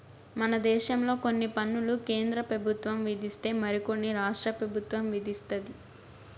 మన దేశంలో కొన్ని పన్నులు కేంద్ర పెబుత్వం విధిస్తే మరి కొన్ని రాష్ట్ర పెబుత్వం విదిస్తది